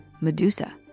Medusa